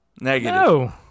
Negative